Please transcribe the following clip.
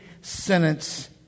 sentence